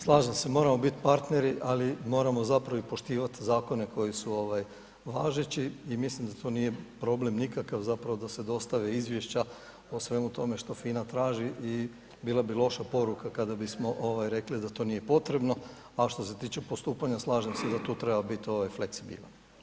Slažem se, moramo biti partneri, ali moramo zapravo i poštivati zakone koji su važeći i mislim da to nije problem nikakav da se dostave izvješća o svemu tome što FINA traži i bila bi loša poruka kada bismo rekli da to nije potrebno, a što se tiče postupanja, slažem se da tu treba biti fleksibilan.